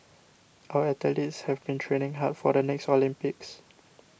our athletes have been training hard for the next Olympics